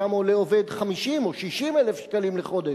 שם עובד עולה 50,000 או 60,000 שקלים לחודש,